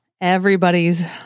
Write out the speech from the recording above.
everybody's